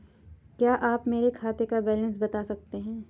क्या आप मेरे खाते का बैलेंस बता सकते हैं?